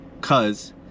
cause